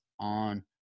on